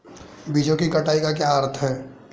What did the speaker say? बीजों की कटाई का क्या अर्थ है?